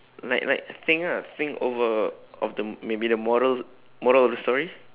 like like think ah think over of the maybe the moral moral of the story